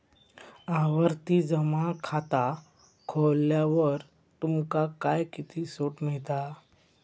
आवर्ती जमा खाता खोलल्यावर तुमका काय किती सूट मिळता?